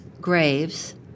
graves